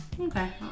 Okay